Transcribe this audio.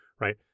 right